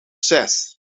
zes